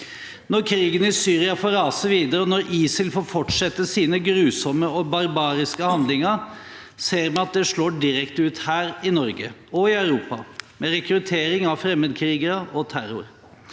Når krigen i Syria får rase videre, og når ISIL får fortsette sine grusomme og barbariske handlinger, ser vi at det slår direkte ut her i Norge og i Europa, med rekruttering av fremmedkrigere og terror.